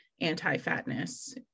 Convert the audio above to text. anti-fatness